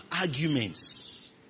arguments